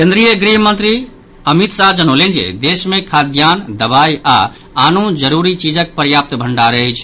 केन्द्रीय गृह मंत्री अमित शाह जनौलनि जे देश मे खाद्यान्न दवाई आओर आनो जरूरी चीजक पर्याप्त भण्डार अछि